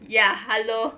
ya hello